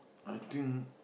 I think